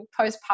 postpartum